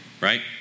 right